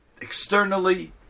externally